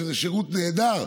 שזה שירות נהדר,